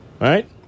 Right